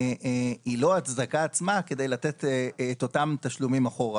היא לא הצדקה עצמה כדי לתת את אותם תשלומים אחורה,